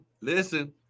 listen